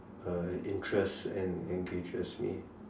uh interests that engages me